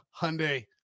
Hyundai